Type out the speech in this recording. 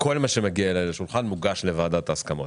שכל מה שמגיע אליי לשולחן מגיע לוועדת ההסכמות,